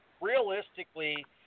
Realistically